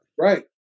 right